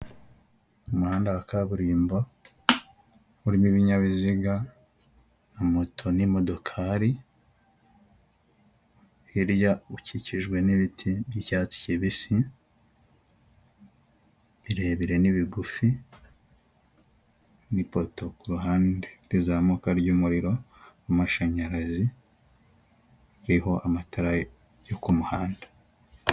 Umuhanda wa kaburimbo, urimo ibinyabiziga nka moto n'imodokari, hirya ukikijwe n'ibiti by'icyatsi kibisi, birebire n'ibigufi n'ipoto ku ruhande rizamuka ry'umuriro w'amashanyarazi ririho amatara yo ku muhanda.